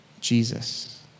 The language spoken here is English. Jesus